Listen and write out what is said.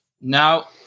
now